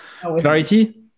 Clarity